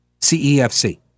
CEFC